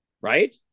right